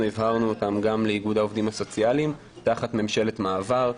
הבהרנו גם לאיגוד העובדים הסוציאליים תחת ממשלת מעבר,